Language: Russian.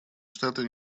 штаты